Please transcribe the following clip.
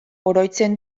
oroitzen